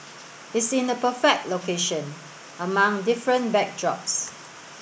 it's in the perfect location among different backdrops